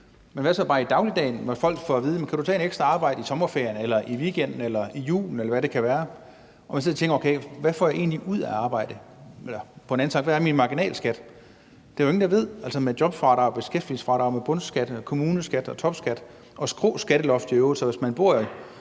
Men hvad så bare i dagligdagen, når folk bliver spurgt, om de kan tage ekstra arbejde i sommerferien, i weekenden eller i julen, eller hvad det kan være, og man sidder og tænker: Okay, hvad får jeg egentlig ud af at arbejde? Sagt på en anden måde: Hvad er min marginalskat? Det er der jo ingen der ved, altså med jobfradrag, beskæftigelsesfradrag, bundskat, kommuneskat og topskat – og skråt skatteloft i øvrigt, så hvis man bor i